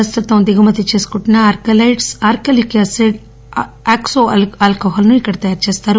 ప్రస్తుతం దిగుమతి చేసుకుంటున్న acrylates acrylic acid oxo alcohol ను ఇక్కడ తయారు చేస్తారు